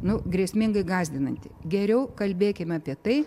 nu grėsmingai gąsdinanti geriau kalbėkime apie tai